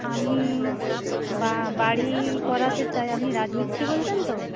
আমি বাড়ি করাতে চাই আপনি রাজমিস্ত্রী বলছেন তো